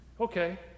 okay